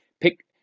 pick